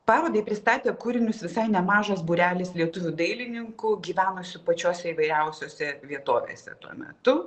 parodai pristatė kūrinius visai nemažas būrelis lietuvių dailininkų gyvenusių pačiose įvairiausiose vietovėse tuo metu